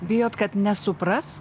bijot kad nesupras